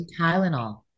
Tylenol